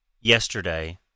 yesterday—